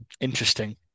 interesting